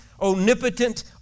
omnipotent